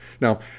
Now